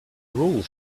rules